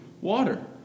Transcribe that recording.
water